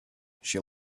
she